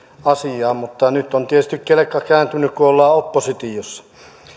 asiaan mutta nyt on tietysti kelkka kääntynyt kun ollaan oppositiossa